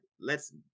lets